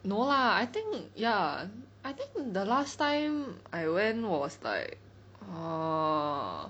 no lah I think ya I think the last time I went was like err